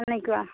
সেনেকুৱা